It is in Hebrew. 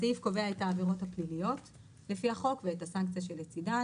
הסעיף קובע את העבירות הפליליות לפי החוק ואת הסנקציה שלצדן.